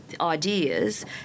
ideas